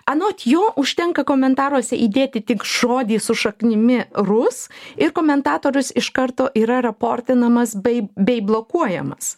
anot jo užtenka komentaruose įdėti tik žodį su šaknimi rus ir komentatorius iš karto yra reportinamas bei bei blokuojamas